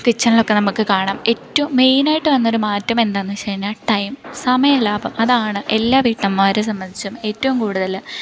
കിച്ചണിലൊക്കെ നമുക്ക് കാണാം ഏറ്റവും മെയിനായിട്ട് വന്നൊരു മാറ്റം എന്താന്ന് ചോദിച്ചു കഴിഞ്ഞാൽ ടൈം സമയ ലാഭം അതാണ് എല്ലാ വീട്ടമ്മമാരെ സംബന്ധിച്ചും ഏറ്റവും കൂടുതൽ